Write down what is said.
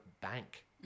bank